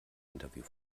interview